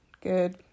Good